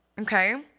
okay